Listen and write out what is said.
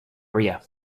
area